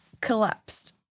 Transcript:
collapsed